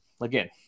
again